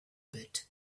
bit